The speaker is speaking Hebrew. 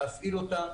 להפעיל אותה,